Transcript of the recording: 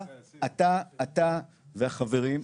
אתה והחברים,